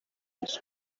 its